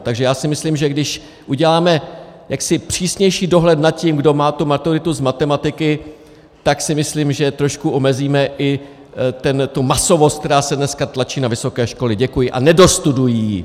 Takže já si myslím, že když uděláme jaksi přísnější dohled na tím, kdo má tu maturitu z matematiky, tak si myslím, že trošku omezíme i tu masovost, která se dneska tlačí na vysoké školy, a nedostudují.